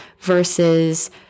versus